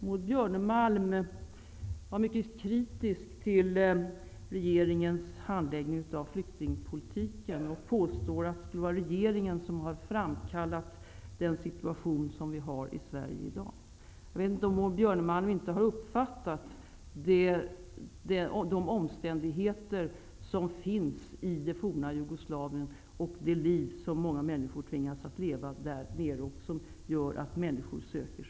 Maud Björnemalm var mycket kritisk till regeringens handläggning av flyktingpolitiken och påstår att det skulle vara regeringen som har framkallat den situation som vi har i Sverige i dag. Jag vet inte om Maud Björnemalm inte har uppfattat omständigheterna i det forna Jugoslavien och det liv många människor tvingas leva där, som gör att de söker sig hit.